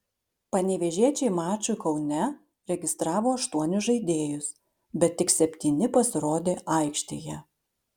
panevėžiečiai mačui kaune registravo aštuonis žaidėjus bet tik septyni pasirodė aikštėje